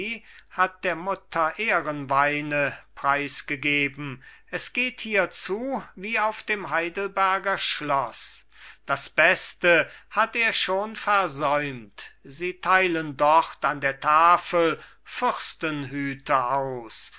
hat der mutter ehrenweine preisgegeben es geht hier zu wie auf dem heidelberger schloß das beste hat er schon versäumt sie teilen dort an der tafel fürstenhüte aus